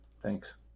Thanks